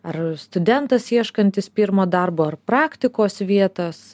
ar studentas ieškantis pirmo darbo ar praktikos vietos